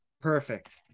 Perfect